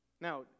Now